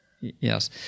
Yes